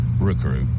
recruit